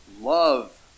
Love